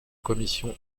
commission